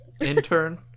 Intern